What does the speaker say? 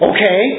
Okay